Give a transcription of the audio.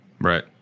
right